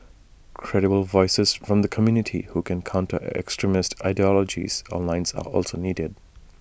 credible voices from the community who can counter extremist ideologies online are also needed